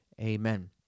Amen